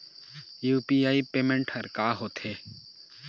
UPI payment हर का होते?